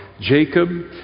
Jacob